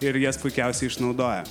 ir jas puikiausiai išnaudoja